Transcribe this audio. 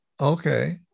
Okay